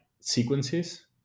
sequences